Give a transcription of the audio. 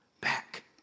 back